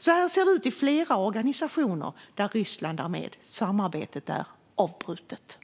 Så här ser det ut i flera organisationer där Ryssland är med - samarbetet är avbrutet.